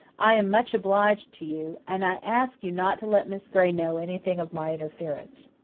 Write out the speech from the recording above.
i am much obliged to you and i ask you not to let miss gray know anything of my interference.